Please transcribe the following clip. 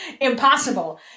impossible